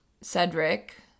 Cedric